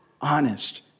honest